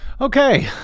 okay